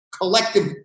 collective